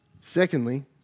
Secondly